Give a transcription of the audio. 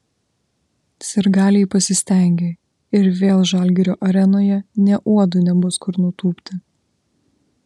sirgaliai pasistengė ir vėl žalgirio arenoje nė uodui nebus kur nutūpti